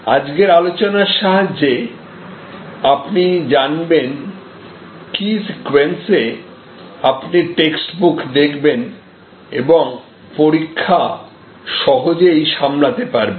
আজকের আলোচনার সাহায্যে আপনি জানবেন কি সিক্যুয়েন্সে আপনি টেক্সটবুক দেখবেন এবং পরীক্ষা সহজেই সামলাতে পারবেন